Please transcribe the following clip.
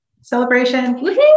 Celebration